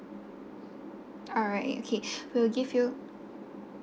alright okay we'll give you